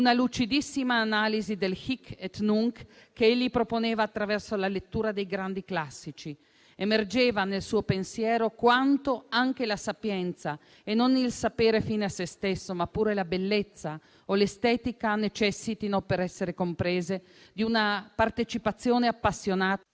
una lucidissima analisi del *hic et nunc* che egli proponeva attraverso la lettura dei grandi classici. Emergeva nel suo pensiero quanto anche la sapienza e non il sapere fine a sé stesso, ma pure la bellezza o l'estetica necessitino per essere comprese di una partecipazione appassionata,